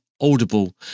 Audible